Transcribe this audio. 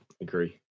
agree